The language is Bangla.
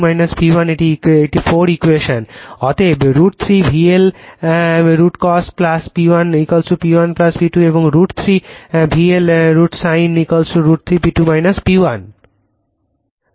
অতএব √ 3 VL √ cos P1 P2 এবং √ 3 VL √ sin √ 3 P2 P1